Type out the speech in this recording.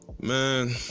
man